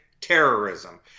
terrorism